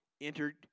entered